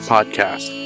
Podcast